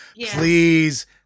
Please